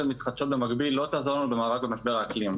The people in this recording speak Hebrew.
מתחדשות במקביל לא תעזור לנו במאבק במשבר האקלים.